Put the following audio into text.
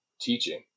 teaching